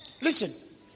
listen